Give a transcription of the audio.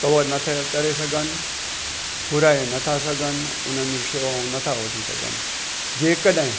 cover नथा करे सघनि घुराए नथा सघनि उन्हनि जूं शेवाऊं नथा वठी सघनि जे कॾहिं